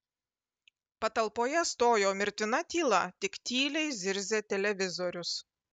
patalpoje stojo mirtina tyla tik tyliai zirzė televizorius